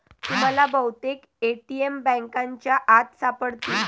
तुम्हाला बहुतेक ए.टी.एम बँकांच्या आत सापडतील